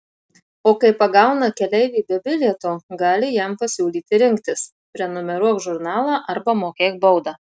o kai pagauna keleivį be bilieto gali jam pasiūlyti rinktis prenumeruok žurnalą arba mokėk baudą